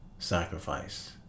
sacrifice